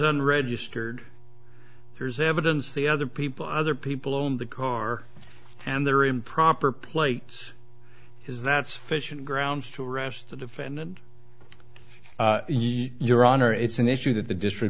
unregistered there's evidence the other people other people on the car and their improper plates is that's fishing grounds to arrest the defendant your honor it's an issue that the district